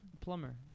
Plumber